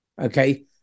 Okay